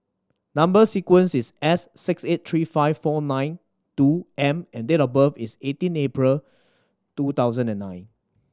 number sequence is S six eight three five four nine two M and date of birth is eighteen April two thousand and nine